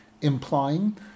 Implying